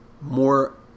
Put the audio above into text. more